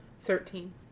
Thirteen